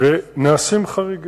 ונעשים מקרים חריגים,